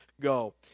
go